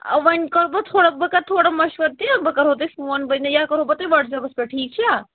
وۄنۍ کَرٕ بہٕ تھوڑا بہٕ کَرٕ تھوڑا مَشوَر تہِ بہٕ کَرہو تۄہہِ فون بہٕ یا کَرہو بہٕ تۄہہِ وَٹسیپَس پٮ۪ٹھ ٹھیٖک چھا